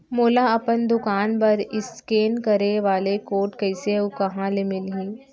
मोला अपन दुकान बर इसकेन करे वाले कोड कइसे अऊ कहाँ ले मिलही?